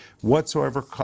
whatsoever